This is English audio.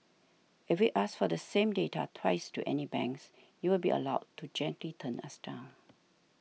if we ask for the same data twice to any banks you will be allowed to gently turn us down